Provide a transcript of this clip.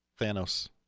Thanos